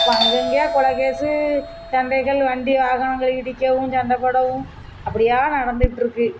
அப்போ அங்கங்கேயா கொலை கேஸு சண்டைகள் வண்டி வாகனங்கள் இடிக்கவும் சண்டை போடவும் அப்படியா நடந்துட்டுருக்கு